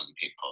people